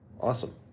awesome